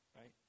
right